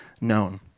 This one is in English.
known